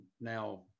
now